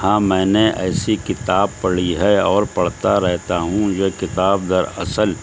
ہاں میں نے ایسی کتاب پڑھی ہے اور پڑھتا رہتا ہوں یہ کتاب دراصل